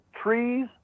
trees